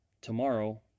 tomorrow